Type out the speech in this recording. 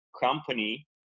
company